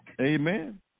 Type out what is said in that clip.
Amen